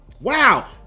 Wow